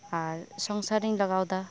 ᱟᱨ ᱥᱚᱝᱥᱟᱨ ᱨᱮᱧ ᱞᱟᱜᱟᱣᱮᱫᱟ